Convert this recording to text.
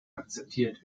akzeptiert